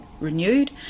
renewed